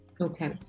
Okay